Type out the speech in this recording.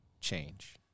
change